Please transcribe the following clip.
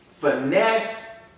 finesse